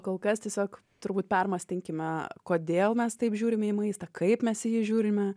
kol kas tiesiog turbūt permąstykime kodėl mes taip žiūrime į maistą kaip mes jį žiūrime